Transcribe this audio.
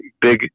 big